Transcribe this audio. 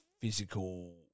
physical